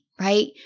Right